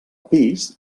pis